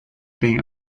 being